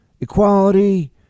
Equality